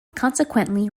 consequently